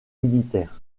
militaires